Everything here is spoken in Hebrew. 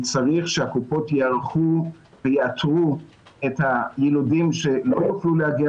צריך שהקופות ייערכו ויאתרו את הילודים שלא יוכלו להגיע